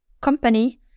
company